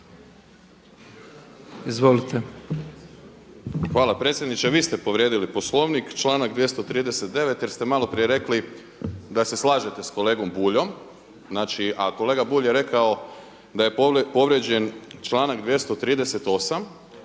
(SDP)** Hvala predsjedniče. Vi ste povrijedili Poslovnik članak 239. jer ste malo prije rekli da se slažete sa kolegom Buljom, znači a kolega Bulj je rekao da je povrijeđen članak 238.